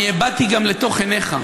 אני הבטתי גם לתוך עיניך.